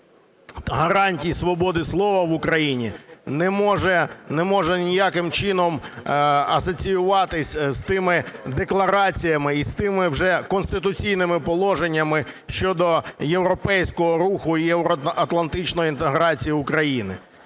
гарантій свободи слова в Україні не може ніяким чином асоціюватися з тими деклараціями і з тими вже конституційними положеннями щодо європейського руху і євроатлантичної інтеграції України.